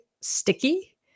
sticky